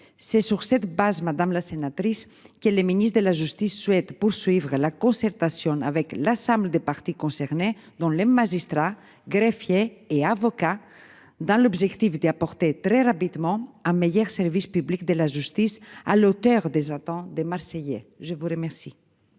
C'est sur cette base, madame la sénatrice qu'elle. Le ministre de la justice souhaite poursuivre la concertation avec l'salle des parties concernées dont les magistrats, greffiers et avocats dans l'objectif d'apporter très rapidement ah Meyer, service public de la justice à l'auteur des attends des Marseillais. Je vous remercie.